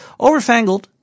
overfangled